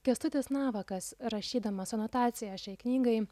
kęstutis navakas rašydamas anotaciją šiai knygai